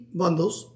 bundles